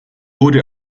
wurde